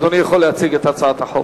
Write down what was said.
אדוני יכול להציג את הצעת החוק.